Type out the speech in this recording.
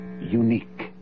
unique